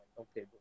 Okay